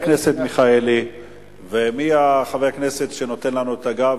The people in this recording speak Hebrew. חבר הכנסת מיכאלי ומי חבר הכנסת שנותן לנו את הגב?